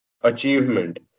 achievement